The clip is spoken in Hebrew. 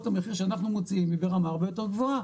המחיר שאנחנו מוציאים היא ברמה הרבה יותר גבוהה.